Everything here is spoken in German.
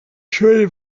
schöne